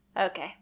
Okay